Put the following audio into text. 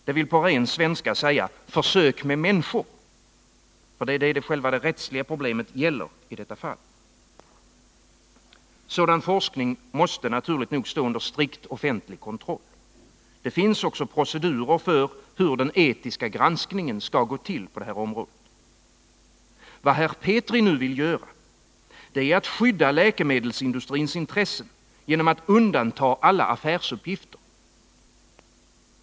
Det vill på ren svenska säga försök med människor! Det är själva det rättsliga problemet det gäller i detta fall. Sådan forskning måste naturligt nog stå under strikt offentlig kontroll. Det finns också procedurer för hur den etiska granskningen på detta område skall gå till. Vad herr Petri nu vill göra är att skydda läkemedelsindustrins intressen genom att undanta alla affärsuppgifter.